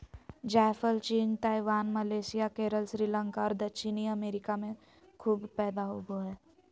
जायफल China, Taiwan, Malaysia, Kerala, Sri Lanka और दक्षिणी अमेरिका में खूब पैदा होबो हइ